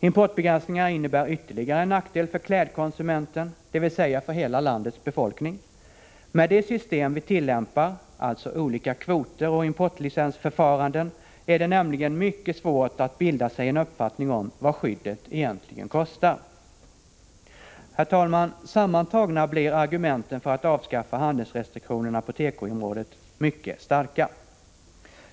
Importbegränsningar innebär ytterligare en nackdel för klädkonsumenten, dvs. för hela landets befolkning. Med det system vi tillämpar, alltså olika kvoter och importlicensförfaranden, är det nämligen mycket svårt att bilda sig en uppfattning om vad skyddet egentligen kostar. Herr talman! Sammantagna blir argumenten för att avskaffa handelsrestriktionerna på tekoområdet mycket starka.